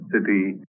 city